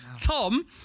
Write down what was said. Tom